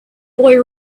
boy